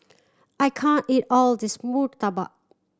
I can't eat all of this murtabak